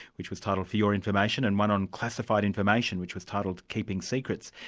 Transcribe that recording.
which was titled for your information, and one on classified information which was titled keeping secrets.